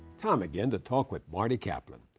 time again to talk with marty kaplan.